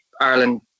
Ireland